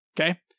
okay